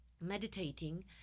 meditating